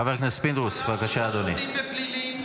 חבר הכנסת פינדרוס, בבקשה, אדוני.